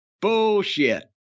Bullshit